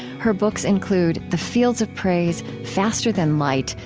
her books include the fields of praise, faster than light,